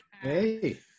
Hey